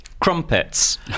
Crumpets